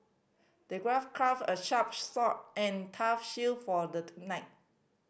the crafted a sharp sword and tough shield for the tonight